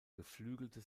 geflügelte